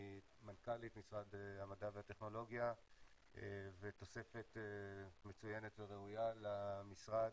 היא מנכ"לית משרד המדע והטכנולוגיה ותוספת מצוינת וראויה למשרד,